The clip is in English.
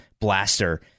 blaster